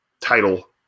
title